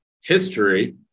history